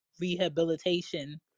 rehabilitation